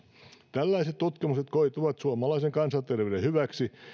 tällaiset tutkimukset koituvat suomalaisen kansanterveyden hyväksi